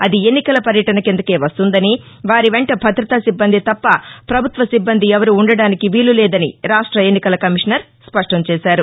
అది ఎన్నికల పర్యటన కిందకే వస్తుందని వారి వెంట భద్రత సిబ్బంది తప్ప పభుత్వ సిబ్బంది ఎవరూ ఉండడానికి వీలు లేదని రాష్ట్ర ఎన్నికల కమిషనర్ స్పష్టం చేశారు